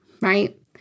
right